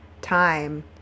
time